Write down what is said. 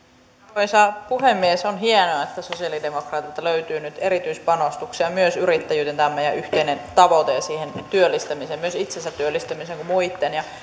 arvoisa puhemies on hienoa että sosialidemokraateilta löytyy nyt erityispanostuksia myös yrittäjyyteen tämä on meidän yhteinen tavoitteemme ja siihen työllistämiseen myös itsensä työllistämiseen ei vain muitten ja